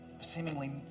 seemingly